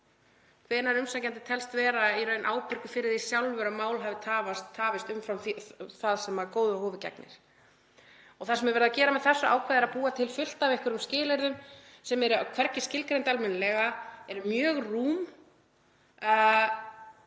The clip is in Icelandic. hvenær umsækjandi telst í raun vera ábyrgur fyrir því sjálfur að mál hafi tafist umfram það sem góðu hófi gegnir. Það sem er verið að gera með þessu ákvæði er að búa til fullt af einhverjum skilyrðum sem eru hvergi skilgreind almennilega, eru mjög rúm